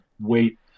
wait